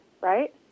right